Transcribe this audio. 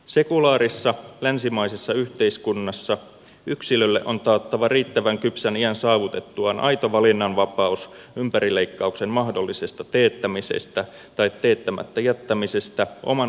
sekulaarissa länsimaisessa yhteiskunnassa yksilölle on tämän saavutettua riittävän kypsän iän taattava aito valinnanvapaus ympärileikkauksen mahdollisesta teettämisestä tai teettämättä jättämisestä oman vakaumuksensa perusteella